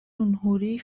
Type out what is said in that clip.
اونحوری